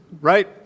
right